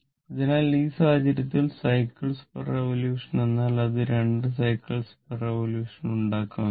അതിനാൽ ഈ സാഹചര്യത്തിൽ സൈക്കിൾസ്റിവൊല്യൂഷൻcyclesrevolution എന്നാൽ അത് 2 സൈക്കിൾസ്റിവൊല്യൂഷൻcyclesrevolution ഉണ്ടാക്കും എന്നാണ്